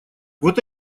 вот